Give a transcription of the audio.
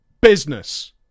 business